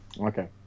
Okay